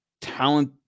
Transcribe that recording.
Talent